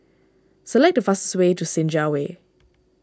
select the fastest way to Senja Way